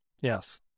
Yes